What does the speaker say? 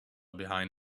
behind